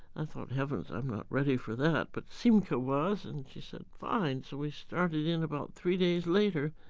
i thought, heavens, i'm not ready for that. but simca was and she said, fine. we started in about three days later.